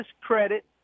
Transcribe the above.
credit